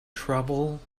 trouble